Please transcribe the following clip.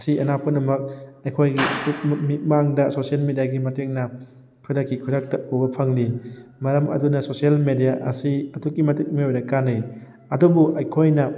ꯑꯁꯤ ꯑꯅꯥ ꯄꯨꯝꯅꯃꯛ ꯑꯩꯈꯣꯏꯒꯤ ꯃꯤꯠꯃꯥꯡꯗ ꯁꯣꯁꯤꯌꯦꯟ ꯃꯦꯗꯤꯌꯥꯒꯤ ꯃꯇꯦꯡꯅ ꯈꯨꯗꯛꯀꯤ ꯈꯨꯗꯛꯇ ꯎꯕ ꯐꯪꯂꯤ ꯃꯔꯝ ꯑꯗꯨꯅ ꯁꯣꯁꯤꯌꯦꯜ ꯃꯦꯗꯤꯌꯥ ꯑꯁꯤ ꯑꯗꯨꯛꯀꯤ ꯃꯇꯤꯛ ꯃꯤꯑꯣꯏꯕꯗ ꯀꯥꯟꯅꯩ ꯑꯗꯨꯕꯨ ꯑꯩꯈꯣꯏꯅ